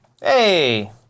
Hey